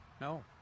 No